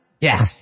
Yes